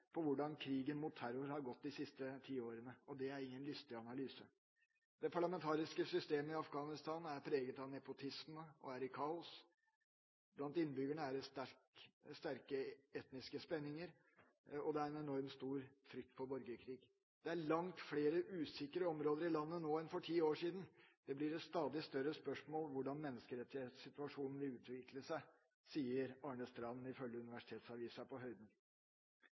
på hvordan krigen mot terror har gått de siste ti årene. Det er ingen lystig analyse. Det parlamentariske systemet i Afghanistan er preget av nepotisme og er i kaos. Blant innbyggerne er det sterke etniske spenninger, og det er en enormt stor frykt for borgerkrig. Det er langt flere usikre områder i landet nå enn for ti år siden. Det blir et stadig større spørsmål hvordan menneskerettighetssituasjonen vil utvikle seg, sier Arne Strand, ifølge universitetsavisa På Høyden.